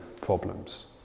problems